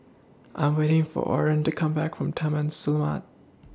I'm waiting For Orren to Come Back from Taman Selamat